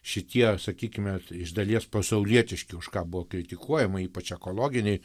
šitie sakykime iš dalies pasaulietiški už ką buvo kritikuojama ypač ekologiniai